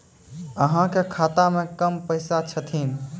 अहाँ के खाता मे कम पैसा छथिन?